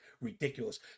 ridiculous